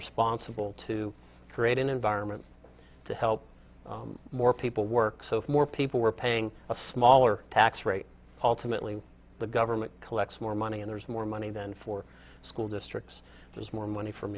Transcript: responsible to create an environment to help more people work so if more people were paying a smaller tax rate ultimately the government collects more money and there's more money then for school districts there's more money f